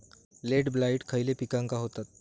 Late blight खयले पिकांका होता?